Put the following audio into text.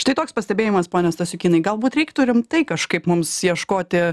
štai toks pastebėjimas pone stasiukynai galbūt reiktų rimtai kažkaip mums ieškoti